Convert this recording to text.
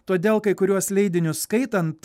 todėl kai kuriuos leidinius skaitant